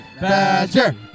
Badger